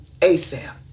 ASAP